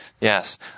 Yes